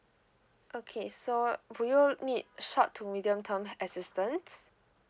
okay so would you need short to medium term assistance